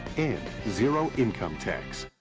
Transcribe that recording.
and zero income tax.